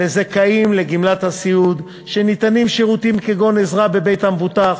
לזכאים לגמלת הסיעוד ניתנים שירותים כגון עזרה בבית המבוטח,